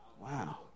Wow